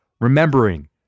Remembering